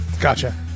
Gotcha